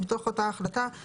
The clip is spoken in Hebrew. מתוך אותן החלטות,